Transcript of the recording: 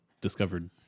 discovered